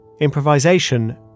Improvisation